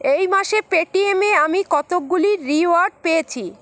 এই মাসে Paytm এ আমি কতকগুলি রিওয়ার্ড পেয়েছি